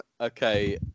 Okay